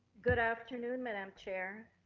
good afternoon, madam chair,